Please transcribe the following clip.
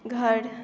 घर